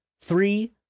three